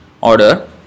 order